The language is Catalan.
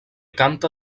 canta